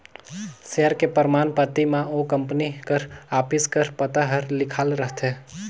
share के परमान पाती म ओ कंपनी कर ऑफिस कर पता हर लिखाल रहथे